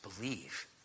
Believe